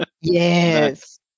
yes